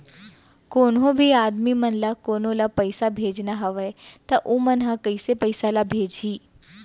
कोन्हों भी आदमी मन ला कोनो ला पइसा भेजना हवय त उ मन ह कइसे पइसा ला भेजही?